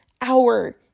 hour